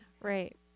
Right